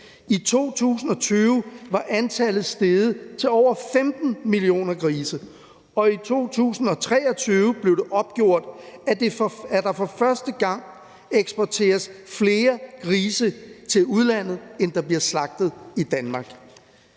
i 2020 var antallet steget til over 15 millioner grise, og i 2023 blev det opgjort, at der for første gang eksporteres flere grise til udlandet, end der bliver slagtet i Danmark.